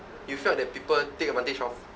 you felt that people take advantage of